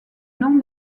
nom